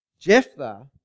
Jephthah